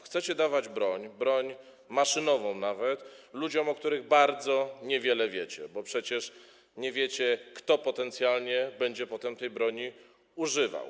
Chcecie dawać broń, nawet broń maszynową, ludziom, o których bardzo niewiele wiecie, bo przecież nie wiecie, kto potencjalnie będzie potem tej broni używał.